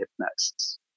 hypnosis